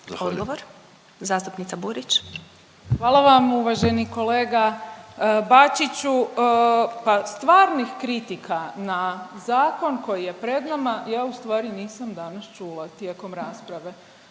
**Burić, Majda (HDZ)** Hvala vam. Uvaženi kolega Bačiću, pa stvarnih kritika na zakon koji je pred nama ja u stvari nisam danas čula tijekom rasprave